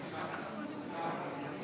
אני קובע שהצעת החוק לא עברה.